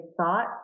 thought